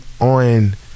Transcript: on